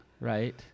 right